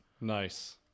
Nice